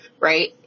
right